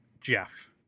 Jeff